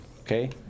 Okay